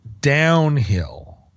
downhill